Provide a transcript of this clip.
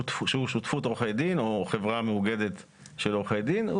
שותפות עורכי דין או חברה מאוגדת של עורכי דין.